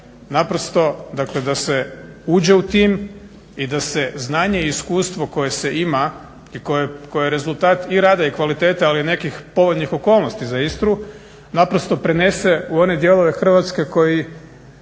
naprosto dakle da se uđe u tim i da se znanje i iskustvo koje se ima, i koje je rezultata i rada i kvaliteta, ali i nekih povoljnih okolnosti za Istru, naprosto prenese u one dijelove Hrvatske koji